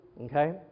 okay